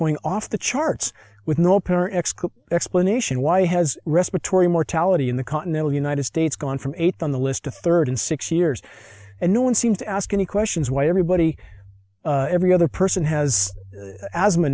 going off the charts with no apparent explanation why has respiratory mortality in the continental united states gone from eight on the list to third in six years and no one seems to ask any questions why everybody every other person has asthma